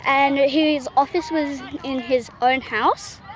and his office was in his own house.